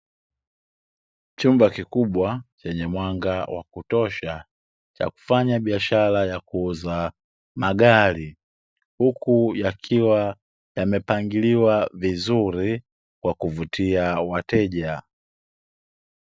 Chumba kikubwa chenye mwanga wa kutosha cha kufanya biashara ya kuuza magari huku yakiwa yamepangiliwa vizuri kwa kuvutia wateja.